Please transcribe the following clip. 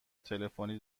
تلفنی